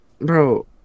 bro